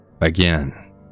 Again